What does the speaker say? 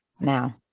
Now